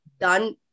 done